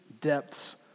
depths